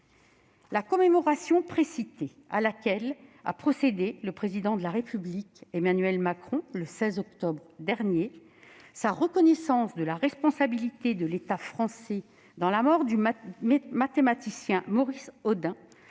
La commémoration précitée, à laquelle le Président de la République, Emmanuel Macron, a procédé le 16 octobre dernier ; sa reconnaissance de la responsabilité de l'État français dans la mort du mathématicien Maurice Audin